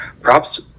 Props